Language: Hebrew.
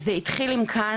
אז זה התחיל עם קנאביס,